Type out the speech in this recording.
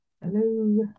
Hello